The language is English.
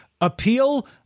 appeal